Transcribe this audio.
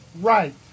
right